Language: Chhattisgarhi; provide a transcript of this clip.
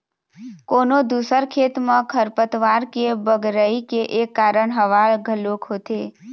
कोनो दूसर खेत म खरपतवार के बगरई के एक कारन हवा घलोक होथे